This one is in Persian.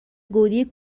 گودی